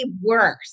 worse